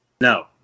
No